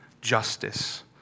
justice